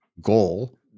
goal